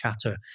chatter